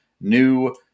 new